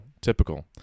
typical